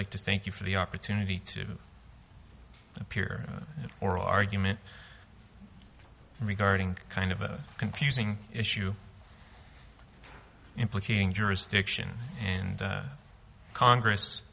like to thank you for the opportunity to appear oral argument regarding kind of a confusing issue implicating jurisdiction and congress